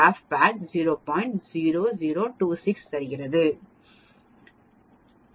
0026 தருகிறது